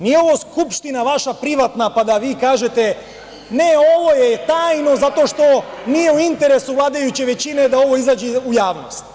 Nije ovo vaša privatna Skupština pa da vi kažete – ne ovo je tajno zato što nije u interesu vladajuće većine da ovo izađe u javnost.